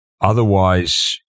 otherwise